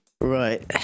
Right